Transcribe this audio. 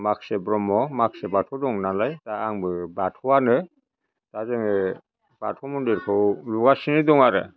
माखासे ब्रह्म माखासे बाथौ दं नालाय दा आंबो बाथौआनो दा जोङो बाथौ मन्दिरखौ लुगासिनो दं आरो